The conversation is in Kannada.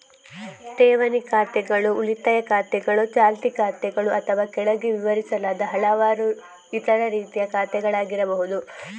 ಠೇವಣಿ ಖಾತೆಗಳು ಉಳಿತಾಯ ಖಾತೆಗಳು, ಚಾಲ್ತಿ ಖಾತೆಗಳು ಅಥವಾ ಕೆಳಗೆ ವಿವರಿಸಲಾದ ಹಲವಾರು ಇತರ ರೀತಿಯ ಖಾತೆಗಳಾಗಿರಬಹುದು